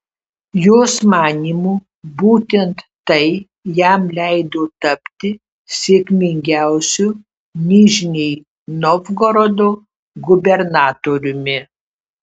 jos manymu būtent tai jam leido tapti sėkmingiausiu nižnij novgorodo gubernatoriumi